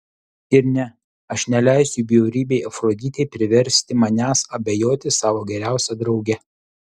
ir ne aš neleisiu bjaurybei afroditei priversti manęs abejoti savo geriausia drauge